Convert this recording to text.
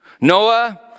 Noah